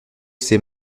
ces